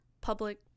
public